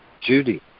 Judy